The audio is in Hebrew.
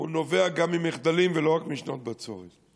נובע גם ממחדלים, ולא רק משנות בצורת.